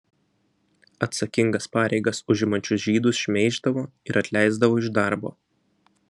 atsakingas pareigas užimančius žydus šmeiždavo ir atleisdavo iš darbo